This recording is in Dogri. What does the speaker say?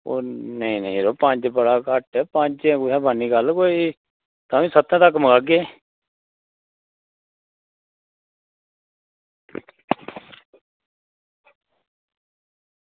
ओह् नेईं नेईं यरो पंज बड़ा घट्ट एह्दे कन्नै कुत्थें बननी कोई ताहीं सत्तें तक्क मुकागे